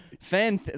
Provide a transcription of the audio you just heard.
Fan